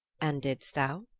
and didst thou?